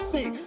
See